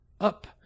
up